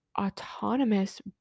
autonomous